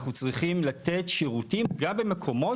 אנחנו צריכים לתת שירותים גם במקומות